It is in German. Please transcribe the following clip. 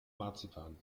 marzipan